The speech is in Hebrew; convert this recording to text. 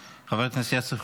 חבר הכנסת עידן רול איננו,